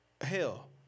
hell